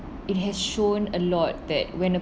it has shown a lot that when a